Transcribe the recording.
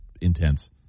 intense